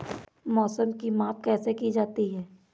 मौसम की माप कैसे की जाती है?